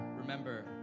Remember